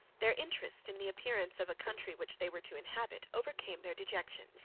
their interest in the appearance of a country which they were to inhabit overcame their dejection,